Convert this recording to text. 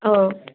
অঁ